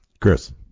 Chris